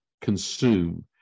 consume